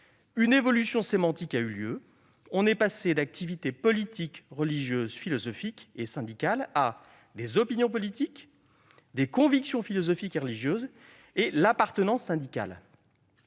Une évolution sémantique a eu lieu : on est passé d'activités politiques, religieuses, philosophiques et syndicales, à des " opinions politiques ", des " convictions philosophiques et religieuses " et " l'appartenance syndicale